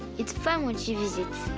it's fun when she visits.